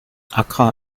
accra